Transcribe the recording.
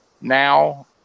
now